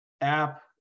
app